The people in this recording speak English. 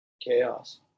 chaos